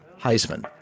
heisman